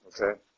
Okay